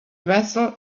vessel